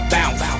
Bounce